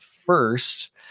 first